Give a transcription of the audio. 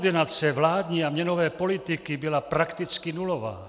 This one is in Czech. Koordinace vládní a měnové politiky byla prakticky nulová.